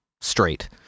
straight